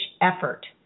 effort